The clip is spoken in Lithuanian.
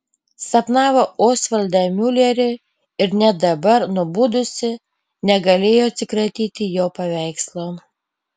sapnavo osvaldą miulerį ir net dabar nubudusi negalėjo atsikratyti jo paveikslo